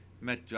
Met